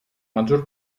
maggior